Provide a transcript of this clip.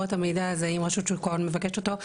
את המידע הזה אם רשות שוק ההון מבקשת אותו,